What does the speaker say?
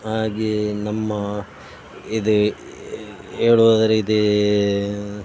ಹಾಗೇ ನಮ್ಮ ಇದೇ ಹೇಳುವುದಾದರೆ ಇದೇ